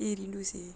!ee! rindu seh